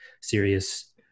serious